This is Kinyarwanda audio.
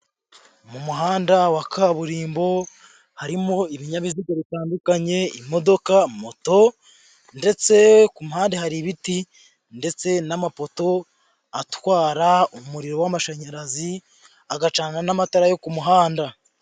Mu muhanda wa kaburimbo harimo ibinyabiziga bitandukanye, imodoka, moto ndetse ku mpande hari ibiti ndetse n'amapoto atwara umuriro w'amashanyarazi, agacana n'amatara yo ku muhanda.